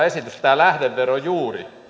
esitys tämä lähdevero juuri